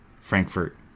Frankfurt